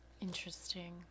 Interesting